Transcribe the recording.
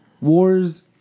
Wars